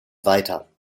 weiter